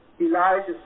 Elijah